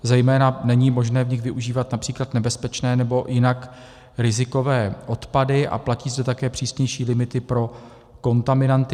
Zejména není možné v nich využívat například nebezpečné nebo jinak rizikové odpady a platí zde také přísnější limity pro kontaminanty.